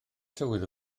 tywydd